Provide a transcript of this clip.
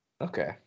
Okay